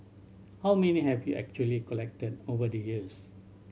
how many have you actually collected over the years